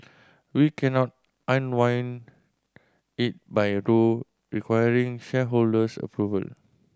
we cannot unwind it by requiring shareholders approval